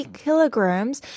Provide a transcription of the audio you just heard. kilograms